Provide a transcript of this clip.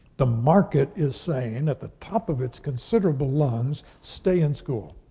the market is saying, at the top of its considerable lungs, stay in school.